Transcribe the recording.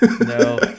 No